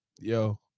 Yo